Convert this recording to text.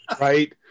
Right